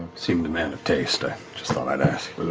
seemed a man of taste, i just thought i'd ask.